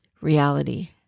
reality